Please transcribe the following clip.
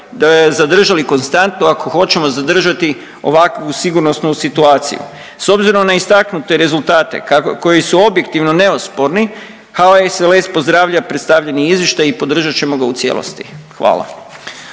barem zadržali konstantno ako hoćemo zadržati ovakvu sigurnosnu situaciju. S obzirom na istaknute rezultate koji su objektivno neosporni HAO SLS pozdravlja predstavljeni izvještaj i podržat ćemo ga u cijelosti. Hvala.